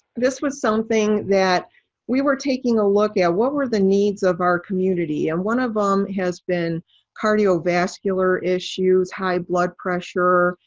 this was something that we were taking a look at what were the needs of our community. and one of them has been cardiovascular issues, high blood pressure,